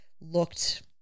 looked